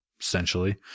essentially